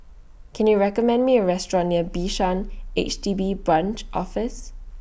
Can YOU recommend Me A Restaurant near Bishan H D B Branch Office